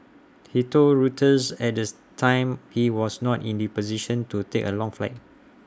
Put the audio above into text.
he told Reuters at this time he was not in the position to take A long flight